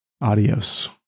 adios